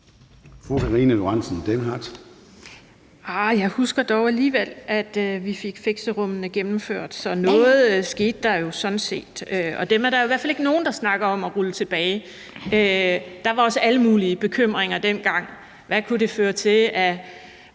jeg husker dog alligevel, at vi fik fixerummene gennemført, så noget skete der jo sådan set. Og dem er der jo i hvert fald ikke nogen der snakker om at rulle tilbage. Der var også alle mulige bekymringer dengang: Hvad kunne det føre til